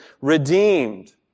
redeemed